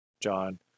John